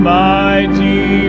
mighty